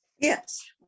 Yes